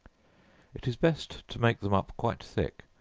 it is best to make them up quite thick,